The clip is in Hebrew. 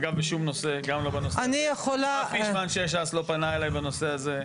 אגב, בשום נושא, גם לא בנושא הזה.